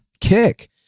kick